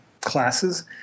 classes